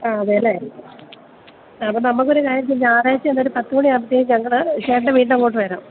ആ അതെ അല്ലെ ആ നമുക്കൊരു കാര്യം ചെയ്യാം ഞായറാഴ്ച ഏതായാലും ഒരു പത്തുമണിയാകുമ്പോൾ ഞങ്ങൾ ചേട്ടൻ്റെ വീടിൻ്റെ അങ്ങോട്ട് വരാം